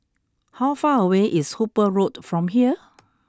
how far away is Hooper Road from here